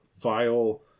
vile